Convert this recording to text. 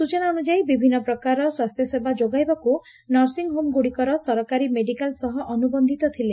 ସୂଚନା ଅନୁଯାୟୀ ବିଭିନ୍ନ ପ୍ରକାରର ସ୍ୱାସ୍ଥ୍ୟସେବା ଯୋଗାଇବାକୁ ନର୍ସିଂ ହୋମ୍ଗୁଡ଼ିକର ସରକାରୀ ମେଡିକାଲ୍ ସହ ଅନୁବକ୍ଷିତ ଥିଲେ